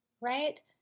right